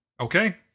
Okay